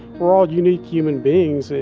we're all unique human beings,